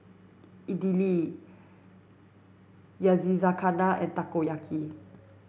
Idili Yakizakana and Takoyaki